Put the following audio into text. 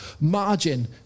margin